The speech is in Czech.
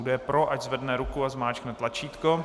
Kdo je pro, ať zvedne ruku a zmáčkne tlačítko.